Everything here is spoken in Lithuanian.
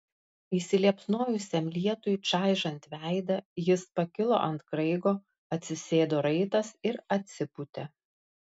įsiliepsnojusiam lietui čaižant veidą jis pakilo ant kraigo atsisėdo raitas ir atsipūtė